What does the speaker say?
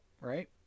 right